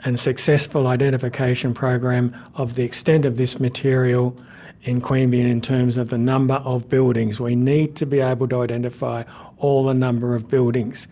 and successful identification program of the extent of this material in queanbeyan in terms of the number of buildings. we need to be able to identify all the ah number of buildings.